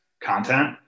content